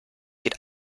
geht